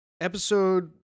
episode